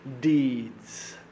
deeds